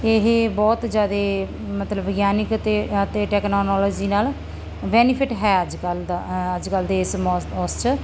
ਇਹ ਬਹੁਤ ਜ਼ਿਆਦਾ ਮਤਲਬ ਵਿਗਿਆਨਿਕ ਤੇ ਅਤੇ ਟੈਕਨੋਲੋਜੀ ਨਾਲ ਬੈਨੀਫਿਟ ਹੈ ਅੱਜ ਕੱਲ੍ਹ ਦਾ ਅੱਜ ਕੱਲ੍ਹ ਦੇ ਇਸ ਮੋ ਉਸ 'ਚ